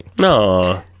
no